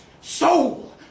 soul